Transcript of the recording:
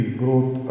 growth